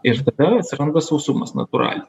ir tada atsiranda sausumas natūraliai